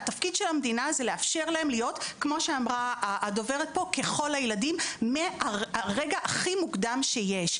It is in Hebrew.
תפקיד המדינה הוא לאפשר להם להיות כמו ככל הילדים מהרגע הכי מוקדם שיש.